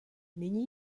nyní